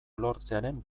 lortzearen